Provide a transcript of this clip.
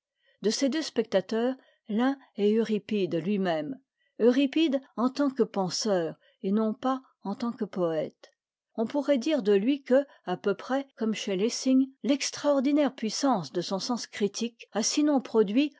de ces deux spectateurs l'un est euripide lui-même euripide en tant que penseur et non pas en tant que poète on pourrait dire de lui que à peu près comme chez lessing l'extraordinaire puissance de son sens critique a sinon produit